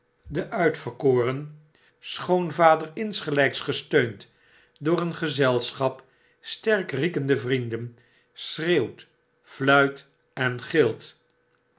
de uitverkoren schoonvader insgelps gesteund door een gezelschap sterk riekende vrienden schreeuwt fluit en gilt